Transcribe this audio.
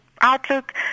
outlook